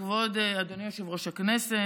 כבוד אדוני יושב-ראש הכנסת,